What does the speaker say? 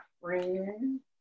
friends